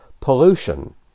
pollution